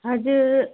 हजुर